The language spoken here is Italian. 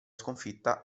sconfitta